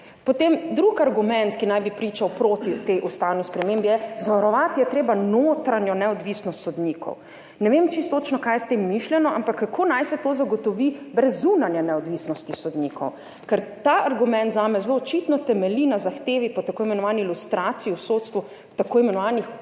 Potem je drugi argument, ki naj bi pričal proti tej ustavni spremembi, da je treba zavarovati notranjo neodvisnost sodnikov. Ne vem čisto točno, kaj je s tem mišljeno, ampak kako naj se to zagotovi brez zunanje neodvisnosti sodnikov? Ker ta argument zame zelo očitno temelji na zahtevi po tako imenovani lustraciji v sodstvu v tako imenovanih